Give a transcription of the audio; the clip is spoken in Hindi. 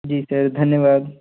जी सर धन्यवाद